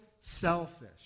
selfish